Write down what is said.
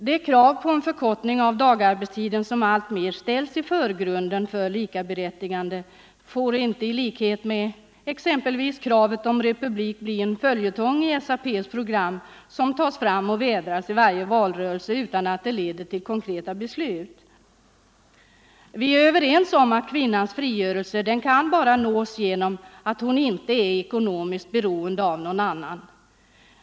Det krav på en förkortning av dagarbetstiden som alltmer ställs i förgrunden för likaberättigande får inte, som exempelvis kravet på republik, bli en följetong i SAP:s program som tas fram och vädras i varje valrörelse utan att det leder till konkreta beslut. Vi är överens om att kvinnans frigörelse bara kan nås genom att hon inte är ekonomiskt beroende av någon annan.